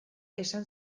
esan